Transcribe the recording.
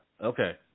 Okay